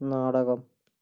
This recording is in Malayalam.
നാടകം